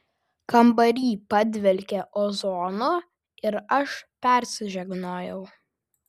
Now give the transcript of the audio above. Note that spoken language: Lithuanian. kambary padvelkė ozonu ir aš persižegnojau